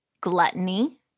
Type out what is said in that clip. Gluttony